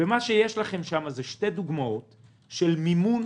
מה שיש לכם שם זה שתי דוגמאות של מימון